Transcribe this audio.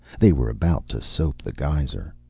they were about to soap the geyser.